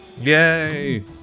Yay